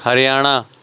Haryana